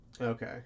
Okay